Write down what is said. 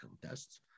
contests